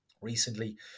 recently